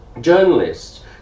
journalists